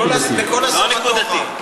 לא נקודתי.